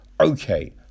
okay